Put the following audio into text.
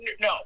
No